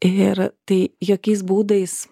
ir tai jokiais būdais